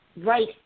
right